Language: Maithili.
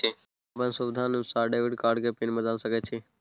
हम अपन सुविधानुसार डेबिट कार्ड के पिन बदल सके छि?